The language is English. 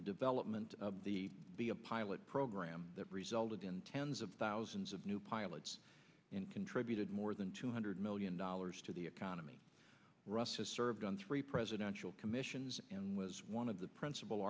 the development of the be a pilot program that resulted in tens of thousands of new pilots and contributed more than two hundred million dollars to the economy russ has served on three presidential commissions and was one of the principal